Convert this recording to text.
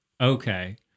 okay